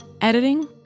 Editing